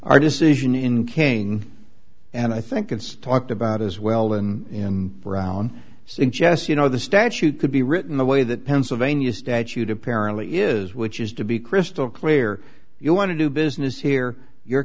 our decision in kane and i think it's talked about as well in brown suggests you know the statute could be written the way that pennsylvania statute apparently is which is to be crystal clear if you want to do business here you're